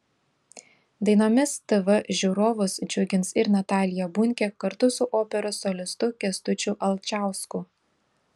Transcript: dainomis tv žiūrovus džiugins ir natalija bunkė kartu su operos solistu kęstučiu alčausku